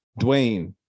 Dwayne